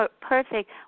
perfect